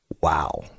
Wow